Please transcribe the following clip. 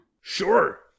Sure